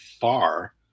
far